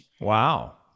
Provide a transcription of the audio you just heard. Wow